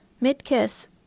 Mid-kiss